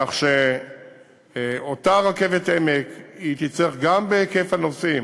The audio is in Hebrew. כך שאותה רכבת העמק תצטרך, גם בהיקף הנוסעים